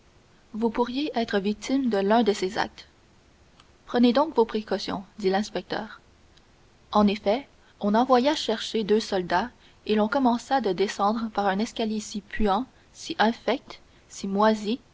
vous pourriez être victime de l'un de ces actes prenez donc vos précautions dit l'inspecteur en effet on envoya chercher deux soldats et l'on commença de descendre par un escalier si puant si infect si moisi